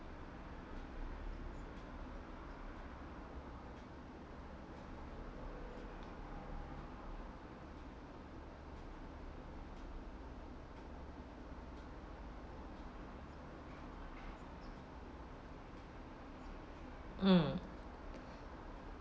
mm